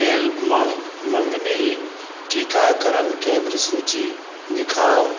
लेल मँगनी टीकाकरण केन्द्रके सूची देखाउ